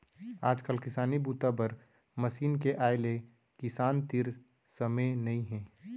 आजकाल किसानी बूता बर मसीन के आए ले किसान तीर समे नइ हे